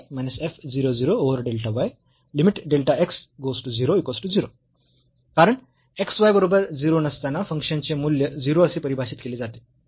कारण x y बरोबर 0 नसताना फंक्शनचे मूल्य 0 असे परिभाषित केले जाते